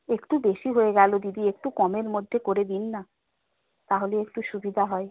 একটু বেশি হয়ে গেল দিদি একটু কমের মধ্যে করে দিন না তাহলে একটু সুবিধা হয়